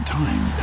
time